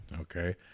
okay